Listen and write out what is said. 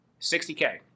60k